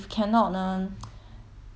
no choice lor just start work lor